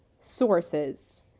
sources